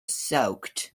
soaked